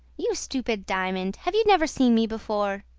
you stupid diamond! have you never seen me before?